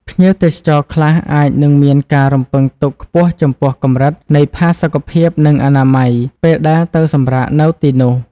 ភ្ញៀវទេសចរខ្លះអាចនឹងមានការរំពឹងទុកខ្ពស់ចំពោះកម្រិតនៃផាសុកភាពនិងអនាម័យ ពេលដែលទៅសម្រាកនៅទីនោះ។